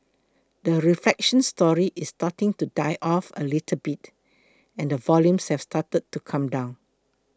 the reflation story is starting to die off a little bit and the volumes have started to come down